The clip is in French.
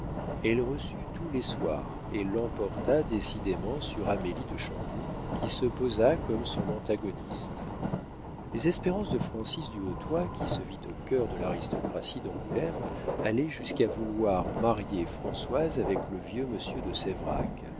elle reçut tous les soirs et l'emporta décidément sur amélie de chandour qui se posa comme son antagoniste les espérances de francis du hautoy qui se vit au cœur de l'aristocratie d'angoulême allaient jusqu'à vouloir marier françoise avec le vieux monsieur de